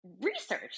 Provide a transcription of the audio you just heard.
research